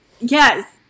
yes